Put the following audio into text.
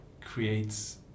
creates